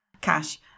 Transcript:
cash